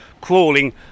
crawling